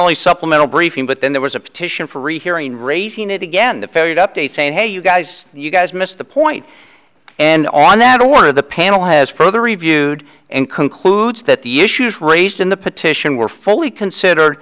only supplemental briefing but then there was a petition for rehearing raising it again the fareed update saying hey you guys you guys missed the point and on that or the panel has further reviewed and concludes that the issues raised in the petition were fully consider